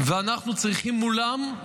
ואנחנו צריכים מולם,